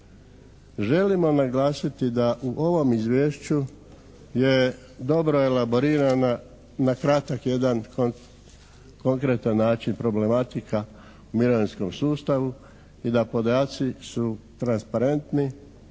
Želimo naglasiti da u ovom Izvješću je dobro elaborirana na kratak jedan konkretan način problematika u mirovinskom sustavu i da podaci su transparentni